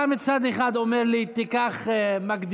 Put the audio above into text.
מצד אחד אתה אומר לי: תיקח מקדמות,